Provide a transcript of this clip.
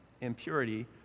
impurity